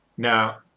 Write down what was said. Now